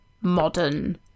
Modern